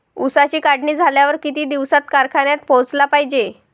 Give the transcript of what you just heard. ऊसाची काढणी झाल्यावर किती दिवसात कारखान्यात पोहोचला पायजे?